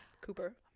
Cooper